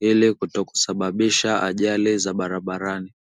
ili kutokusababisha ajali za barabarani.